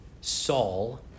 Saul